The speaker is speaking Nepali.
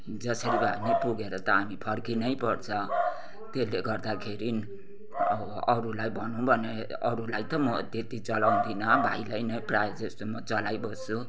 जसरी भए पनि पुगेर त हामी फर्किनै पर्छ त्यसले गर्दाखेरि अब अरूलाई भनौँ भने अरूलाई त म त्यति चलाउँदिनँ भाइलाई नै प्रायः जस्तो म चलाइबस्छु